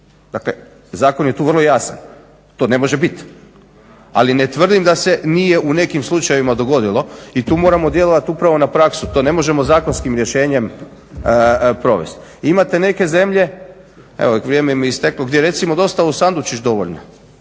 Dakle zakon je tu vrlo jasan, to ne može biti, ali ne tvrdim da se nije u nekim slučajevima dogodilo i tu moramo djelovati upravo na praksu to ne možemo zakonskim rješenjem provesti. Imate neke zemlje evo vrijeme mi je isteklo, gdje recimo dostava u sandučić dovoljna,